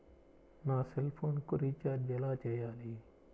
నా సెల్ఫోన్కు రీచార్జ్ ఎలా చేయాలి?